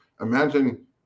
Imagine